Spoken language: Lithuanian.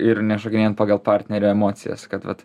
ir nešokinėjant pagal partnerio emocijas kad vat